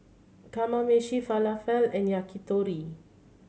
Kamameshi Falafel and Yakitori